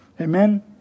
Amen